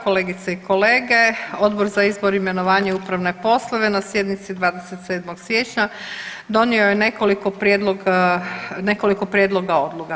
Kolegice i kolege, Odbor za izbor, imenovanje i upravne poslove na sjednici 27. siječnja donio je nekoliko prijedloga odluka.